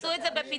תעשו את זה בפיצול,